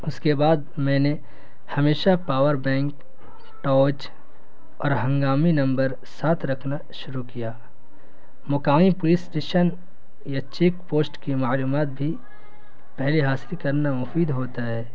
اس کے بعد میں نے ہمیشہ پاور بینک ٹارچ اور ہنگامی نمبر ساتھ رکھنا شروع کیا مقامی پولیس اسٹیشن یا چیک پوشٹ کی معلومات بھی پہلے حاصل کرنا مفید ہوتا ہے